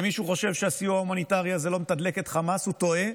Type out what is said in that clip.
אם מישהו חושב שהסיוע ההומניטרי הזה לא מתדלק את חמאס הוא טועה,